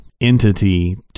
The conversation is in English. entity